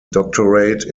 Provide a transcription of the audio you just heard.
doctorate